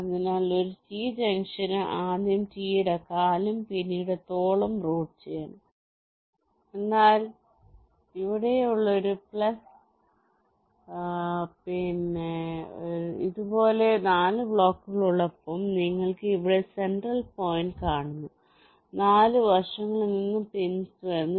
അതിനാൽ ഒരു ടി ജംഗ്ഷന് ആദ്യം ടി യുടെ കാലും പിന്നീട് തോളും റൂട്ട് ചെയ്യണം എന്നാൽ ഇവിടെയുള്ള ഒരു പ്ലസ് ടൈപ്പിന് ഇതുപോലെ 4 ബ്ലോക്കുകൾ ഉള്ളപ്പോൾ നിങ്ങൾ ഇവിടെ സെൻട്രൽ പോയിന്റ് കാണുന്നു 4 വശങ്ങളിൽ നിന്നും പിൻസ് വരുന്നു